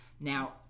Now